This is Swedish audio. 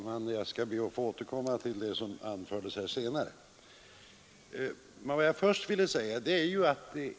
Fru talman! Jag skall be att senare få återkomma till vad herr Lorentzon anförde.